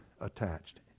attached